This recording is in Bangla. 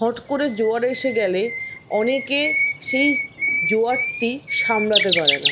হট করে জোয়ার এসে গেলে অনেকে সেই জোয়ারটি সামলাতে পারে না